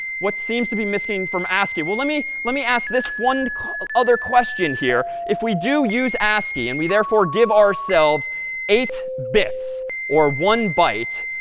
what seems to be missing from ascii? well, let me let me ask this one other question here. if we do use ascii, and we therefore give ourselves eight bits or one byte,